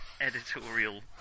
editorial